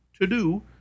to-do